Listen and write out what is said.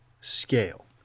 scale